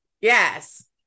Yes